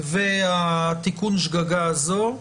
ותיקון השגגה הזו,